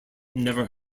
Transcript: never